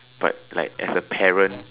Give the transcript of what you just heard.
but like as a parent